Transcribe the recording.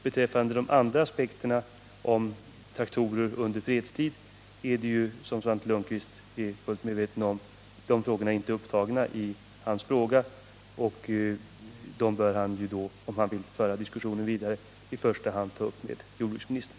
Svante Lundkvist frågar vidare om traktorer under fredstid. Han är fullt medveten om att detta inte var upptaget i hans ursprungliga fråga. Om han vill föra diskussionen vidare måste det i första hand ske med jordbruksministern.